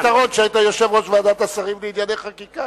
אבל היה לך יתרון שהיית יושב-ראש ועדת השרים לענייני חקיקה,